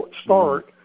start